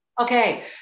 Okay